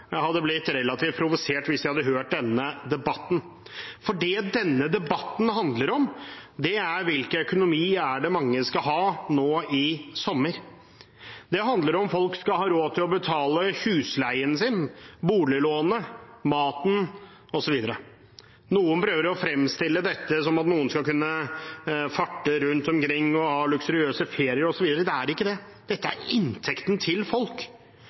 hadde blitt relativt provosert hvis de hadde hørt denne debatten. For det denne debatten handler om, er hvilken økonomi mange skal ha nå i sommer. Det handler om hvorvidt folk skal ha råd til å betale husleien sin, boliglånet, maten osv. Noen prøver å fremstille dette som om noen skal kunne farte rundt omkring og ha luksuriøse ferier osv. Det er ikke det. Dette er inntekten til folk.